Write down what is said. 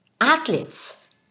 athletes